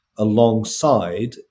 alongside